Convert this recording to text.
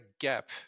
gap